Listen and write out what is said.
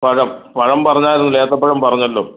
പഴം പഴം പറഞ്ഞായിരുന്നു ഏത്തപ്പഴം പറഞ്ഞല്ലോ